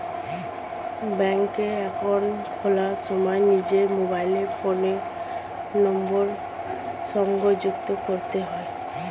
ব্যাঙ্কে অ্যাকাউন্ট খোলার সময় নিজের মোবাইল ফোনের নাম্বার সংযুক্ত করতে হয়